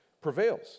prevails